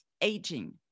aging